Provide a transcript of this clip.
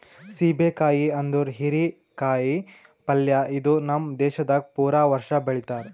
ಸೀಬೆ ಕಾಯಿ ಅಂದುರ್ ಹೀರಿ ಕಾಯಿ ಪಲ್ಯ ಇದು ನಮ್ ದೇಶದಾಗ್ ಪೂರಾ ವರ್ಷ ಬೆಳಿತಾರ್